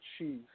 achieve